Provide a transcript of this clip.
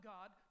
God